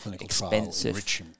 expensive